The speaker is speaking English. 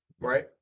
Right